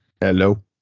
hello